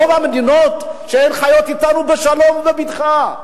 רוב המדינות שחיות אתנו בשלום ובבטחה,